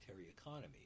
economy